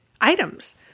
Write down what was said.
items